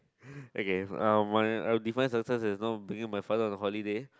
okay um I'll I'll define success as you know bring my father on a holiday